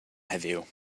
heddiw